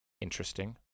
Interesting